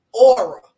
aura